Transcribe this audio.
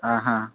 ആ ആ